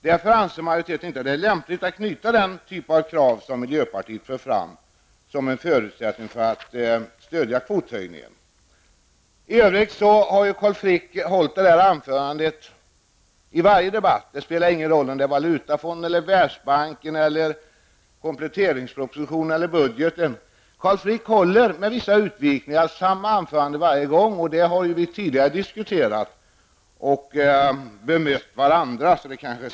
Därför anser inte utskottsmajoriteten att det är lämpligt med den typ av krav som miljöpartiet för fram som en förutsättning för att stödja kvothöjningen. I övrigt har Carl Frick hållit detta anförande i varje debatt -- det spelar ingen roll om det är Valutafonden, Världsbanken, kompletteringspropositionen eller budgeten som debatteras. Carl Frick håller med vissa utvikningar samma anförande varje gång. Detta har vi ju tidigare diskuterat och bemött varandra om.